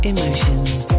Emotions